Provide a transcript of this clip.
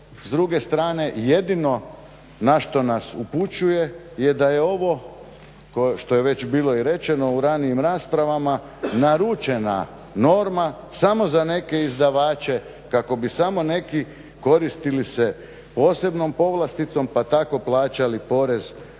s druge strane jedino na što nas upućuje je da je ovo što je već bilo rečeno u ranijim raspravama, naručena norma samo za neke izdavače kako bi samo neki koristili se posebnom povlasticom pa tko plaćali porez od